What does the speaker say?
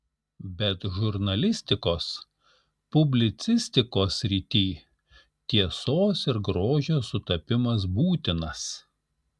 bet žurnalistikos publicistikos srityj tiesos ir grožio sutapimas būtinas